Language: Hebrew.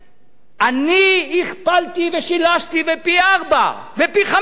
אני הכפלתי ושילשתי ופי-ארבעה ופי-חמישה